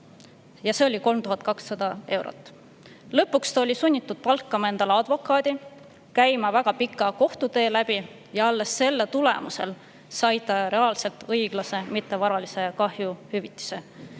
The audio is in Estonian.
See oli 3200 eurot. Lõpuks ta oli sunnitud palkama endale advokaadi, käima läbi väga pika kohtutee, ja alles selle tulemusel sai ta reaalselt õiglase mittevaralise kahju hüvitise,